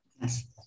yes